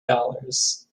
dollars